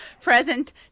present